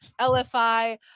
LFI